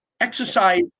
Exercise